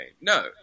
No